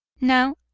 now,